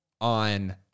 on